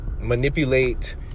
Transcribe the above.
manipulate